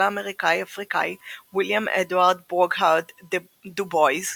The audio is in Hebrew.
האמריקאי אפריקאי ויליאם אדוארד בורגהרד דו בויז,